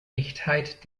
echtheit